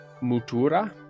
mutura